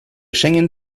schengen